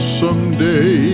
someday